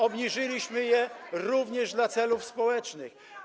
Obniżyliśmy je również dla celów społecznych.